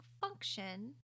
function